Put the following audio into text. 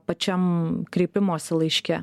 pačiam kreipimosi laiške